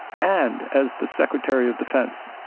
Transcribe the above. and as the secretary of defense.